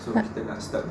nak